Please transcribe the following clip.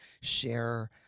share